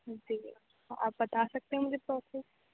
جی جی آپ بتا سکتے ہیں مجھے پروسیس